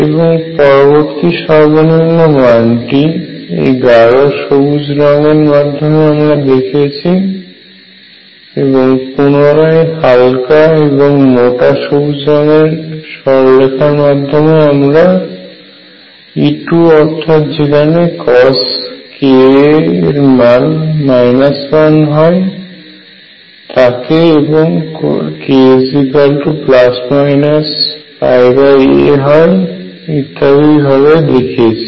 এবং পরবর্তী সর্বনিম্ন মান টি এই গাঢ় সবুজ রং এর মাধ্যমে আমরা দেখেছি এবং পুনরায় হালকা এবং প্রশস্ত সবুজ রঙের সরলরেখার মাধম্যে আমরা E3 অর্থাৎ যেখানে cos ka এর মান 1 হয় তাকে এবং k a হয় ইত্যাদি ভাবে দেখিয়েছি